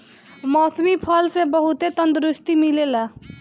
मौसमी फल से बहुते तंदुरुस्ती मिलेला